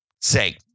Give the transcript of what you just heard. Say